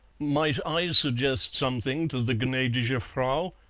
might i suggest something to the gnadige frau?